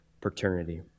paternity